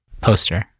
poster